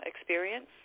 experience